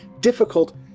difficult